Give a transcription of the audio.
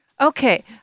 Okay